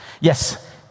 Yes